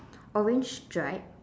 orange dried